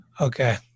okay